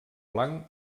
blanc